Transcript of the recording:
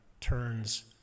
turns